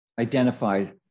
identified